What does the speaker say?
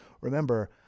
Remember